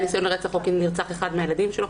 ניסיון לרצח או כי נרצח אחד מהילדים שלו.